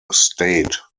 state